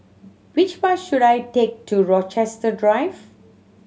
which bus should I take to Rochester Drive